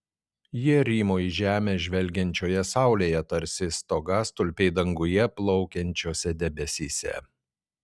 jie rymo į žemę žvelgiančioje saulėje tarsi stogastulpiai danguje plaukiančiuose debesyse